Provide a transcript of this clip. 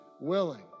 willing